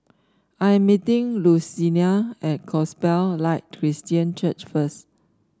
I am meeting Luciana at Gospel Light Christian Church first